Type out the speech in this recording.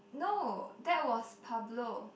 no that was Pablo